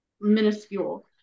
minuscule